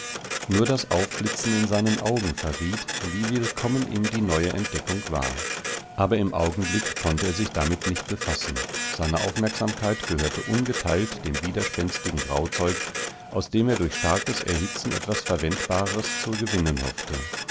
nur das aufblitzen in seinen augen verriet wie willkommen ihm die neue entdeckung war aber im augenblick konnte er sich damit nicht befassen seine aufmerksamkeit gehörte ungeteilt dem widerspenstigen grauzeug aus dem er durch starkes erhitzen etwas verwendbares zu gewinnen hoffte